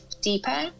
deeper